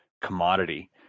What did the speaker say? commodity